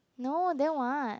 no then what